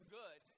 good